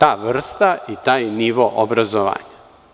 ta vrsta i taj nivo obrazovanja.